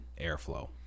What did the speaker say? airflow